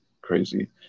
crazy